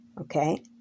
Okay